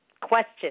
questions